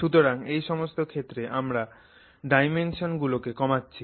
সুতরাং এই সমস্ত ক্ষেত্রে আমরা ডাইমেনশণ গুলোকে কমাচ্ছি